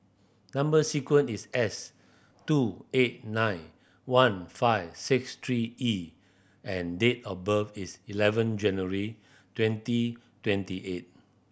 number sequence is S two eight nine one five six three E and date of birth is eleven January twenty twenty eight